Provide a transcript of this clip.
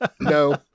No